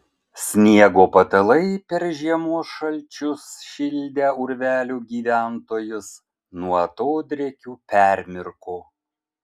sniego patalai per žiemos šalčius šildę urvelių gyventojus nuo atodrėkių permirko